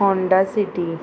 Honda city